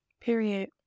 Period